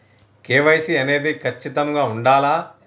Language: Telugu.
కే.వై.సీ అనేది ఖచ్చితంగా ఉండాలా?